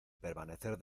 permanecer